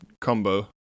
combo